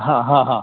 ہاں ہاں ہاں